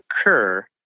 occur